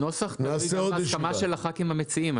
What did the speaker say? שהנוסח צריך להיות בהסכמת הח"כים המציעים.